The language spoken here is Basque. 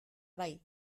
bai